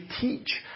teach